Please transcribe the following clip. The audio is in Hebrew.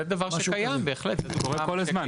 זהו דבר שקיים בהחלט, ושקורה כל הזמן.